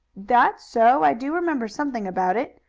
that's so. i do remember something about it,